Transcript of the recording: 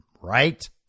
right